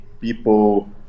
people